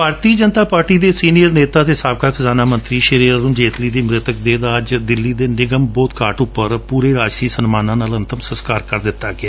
ਭਾਰਤੀ Janata party ਦੇ ਸੀਨੀਅਰ ਨੇਤਾ ਅਤੇ ਸਾਬਕਾ ਖਜ਼ਾਨਾ ਮੰਤਰੀ ਅਰੁਣ ਜੇਟਲੀ ਦੀ ਮ੍ਰਿਤਕ ਦੇਹ ਦਾ ਅੱਜ ਦਿੱਲੀ ਦੇ ਨਿਗਮਬੋਧ ਘਾਟ ਉਪਰ ਅੱਜ ਪੁਰੇ ਰਾਜਸੀ ਸਨਮਾਨਾਂ ਨਾਲ ਅੰਤਮ ਸਸਕਾਰ ਕਰ ਦਿੱਡਾ ਗਿਆ